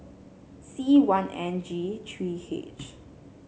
C one N G three H